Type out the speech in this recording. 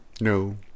No